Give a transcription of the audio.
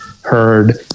heard